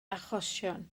achosion